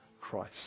Christ